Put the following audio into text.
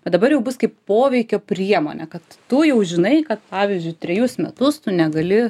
o dabar jau bus kaip poveikio priemonė kad tu jau žinai kad pavyzdžiui trejus metus tu negali